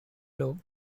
law